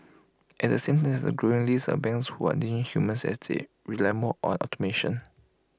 at the same time there's A growing list of banks who are ditching humans as they rely more on automation